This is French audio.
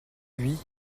lui